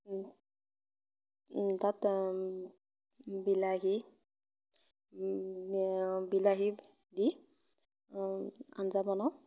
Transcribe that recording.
তাত বিলাহী বিলাহী দি আঞ্জা বনাওঁ